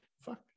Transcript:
fuck